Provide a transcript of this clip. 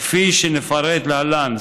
כפי שנפרט להלן.